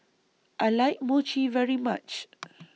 I like Mochi very much